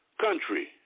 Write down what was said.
country